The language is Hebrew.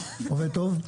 עובד טוב?